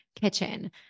kitchen